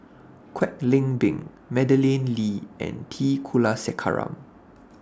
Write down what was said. Kwek Leng Beng Madeleine Lee and T Kulasekaram